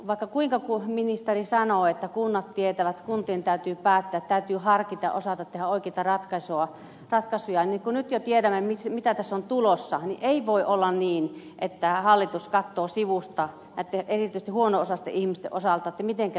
vaikka kuinka ministeri sanoo että kunnat tietävät kuntien täytyy päättää täytyy harkita ja osata tehdä oikeita ratkaisuja niin kun nyt jo tiedämme mitä tässä on tulossa niin ei voi olla niin että hallitus katsoo sivusta erityisesti näitten huono osaisten ihmisten osalta miten tässä käy